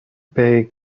pei